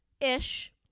ish